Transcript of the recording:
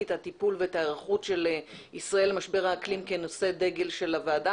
את הטיפול ואת ההיערכות של ישראל למשבר האקלים כנושא דגל של הוועדה,